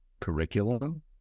curriculum